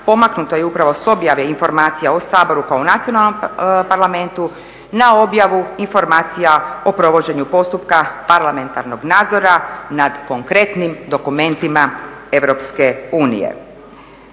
pomaknuto je upravo s objave informacija o Saboru kao nacionalnom parlamentu na objavu informacija o provođenju postupka parlamentarnog nadzora nad konkretnim dokumentima EU.